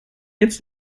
jetzt